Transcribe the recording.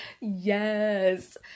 Yes